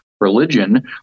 religion